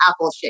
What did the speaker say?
appleshape